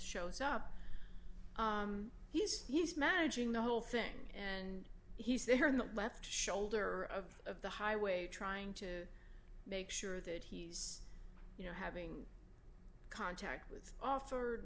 shows up he's he's managing the whole thing and he's there in the left shoulder of of the highway trying to make sure that he's you know having contact with offered